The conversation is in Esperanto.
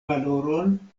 valoron